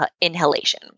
inhalation